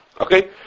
Okay